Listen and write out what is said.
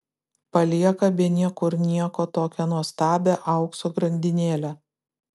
palieka be niekur nieko tokią nuostabią aukso grandinėlę